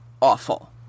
awful